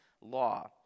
law